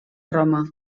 roma